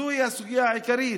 זוהי הסוגיה העיקרית.